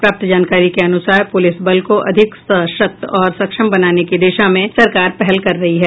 प्राप्त जानकारी के अनुसार पुलिस बल को अधिक सशक्त और सक्षम बनाने की दिशा में सरकार पहल कर रही है